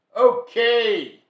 Okay